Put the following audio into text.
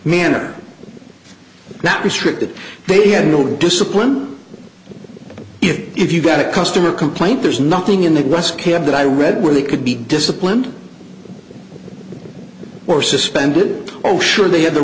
manner that restricted they had no discipline even if you got a customer complaint there's nothing in the rest care that i read where they could be disciplined or suspended oh sure they had the